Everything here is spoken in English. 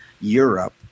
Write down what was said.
Europe